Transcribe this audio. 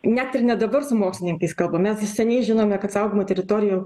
net ir ne dabar su mokslininkais kalbam mes iš seniai žinome kad saugomų teritorijų